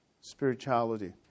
spirituality